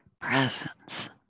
presence